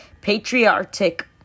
patriotic